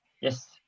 yes